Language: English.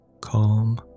Calm